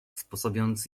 sposobiąc